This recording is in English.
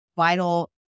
vital